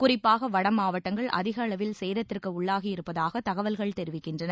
குறிப்பாக வட மாவட்டங்கள் அதிக அளவில் சேதத்திற்கு உள்ளாகி இருப்பதாக தகவல்கள் தெரிவிக்கின்றன